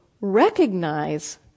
recognize